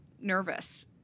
nervous